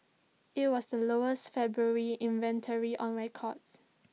IT was the lowest February inventory on record